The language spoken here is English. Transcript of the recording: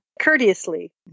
Courteously